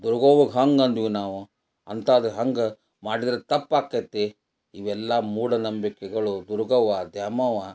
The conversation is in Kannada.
ದುರ್ಗವ್ವಗೆ ಹಂಗೆ ಅಂದ್ವಿ ನಾವು ಅಂಥಾದ್ದು ಹಂಗೆ ಮಾಡಿದರೆ ತಪ್ಪು ಆಗ್ತೈತಿ ಇವೆಲ್ಲ ಮೂಢನಂಬಿಕೆಗಳು ದುರ್ಗವ್ವ ದ್ಯಾಮವ್ವ